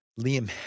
Liam